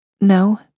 No